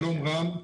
שלום רב.